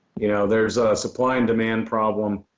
you know there's a supply and demand problem